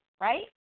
Right